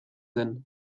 zen